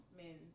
men